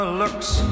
looks